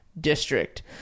district